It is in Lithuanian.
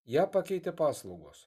ją pakeitė paslaugos